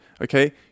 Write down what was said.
okay